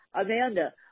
Amanda